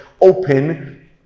open